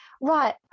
right